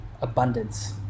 abundance